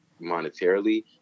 monetarily